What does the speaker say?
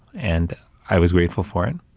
and i was grateful for it.